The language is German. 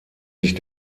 sich